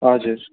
हजुर